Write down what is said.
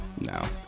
No